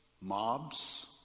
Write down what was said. mobs